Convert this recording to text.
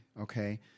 okay